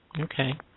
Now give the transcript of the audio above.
Okay